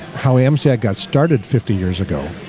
how? amc had got started fifty years ago